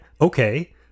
okay